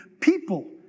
people